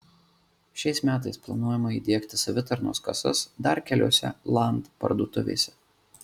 šiais metais planuojama įdiegti savitarnos kasas dar keliose land parduotuvėse